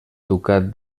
ducat